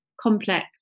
complex